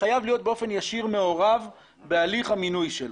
חייב להיות באופן ישיר מעורב בהליך המינוי שלו.